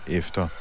efter